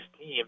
team